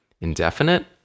indefinite